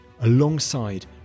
alongside